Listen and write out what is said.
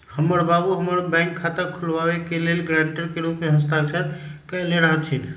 हमर बाबू हमर बैंक खता खुलाबे के लेल गरांटर के रूप में हस्ताक्षर कयले रहथिन